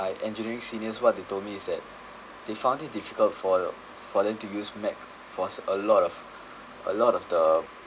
engineering seniors what they told me is that they found it difficult for for them to use mac for a lot of a lot of the